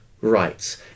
rights